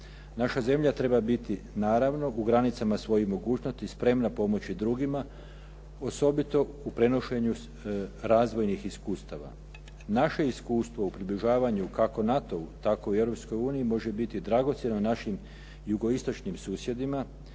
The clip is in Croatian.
Naša zemlja treba biti, naravno u granicama svojih mogućnosti, spremna pomoći drugima, osobito u prenošenju razvojnih iskustava. Naše iskustvo u približavanju kako NATO-u tako i Europskoj uniji, može biti dragocjeno našim jugoistočnim susjedima.